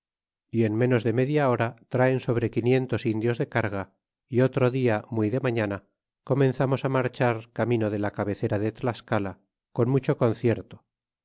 y en ménós de media hora traen sobre quinientos indios de carga y otro dia muy de mañana comenzamos á marchar camino de la cabecera de tlascala con mucho concierto